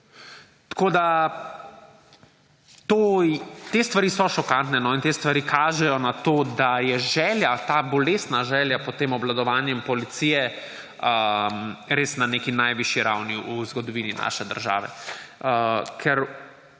tudi. Te stvari so šokantne in te stvari kažejo na to, da je želja, ta bolestna želja po tem obvladovanju policije res na neki najvišji ravni v zgodovini naše države. Ker